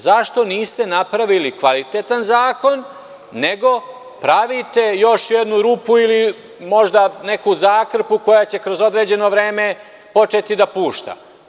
Zašto niste napravili kvalitetan zakon, nego pravite još jednu rupu ili možda neku zakrpu, koja će kroz određeno vreme početi da pušta?